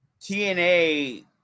TNA